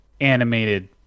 animated